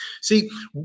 See